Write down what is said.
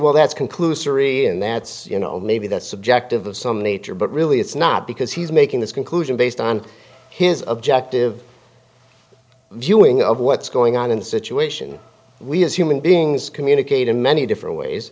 well that's conclusory and that's you know maybe that's subjective of some nature but really it's not because he's making this conclusion based on his objective viewing of what's going on in the situation we as human beings communicate in many different ways